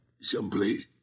someplace